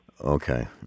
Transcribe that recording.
Okay